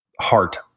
Heart